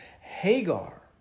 Hagar